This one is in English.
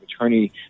attorney